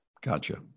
Gotcha